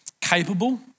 capable